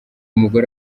mugore